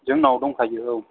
जोंनाव दंखायो औ